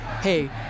Hey